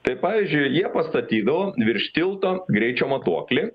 tai pavyzdžiui jie pastatydavo virš tilto greičio matuoklį